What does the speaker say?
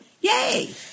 Yay